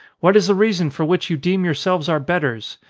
what is the reason for which you deem yourselves our betters?